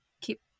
keep